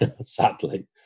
sadly